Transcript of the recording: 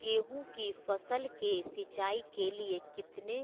गेंहू की फसल के सिंचाई के लिए कितने